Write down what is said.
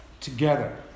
together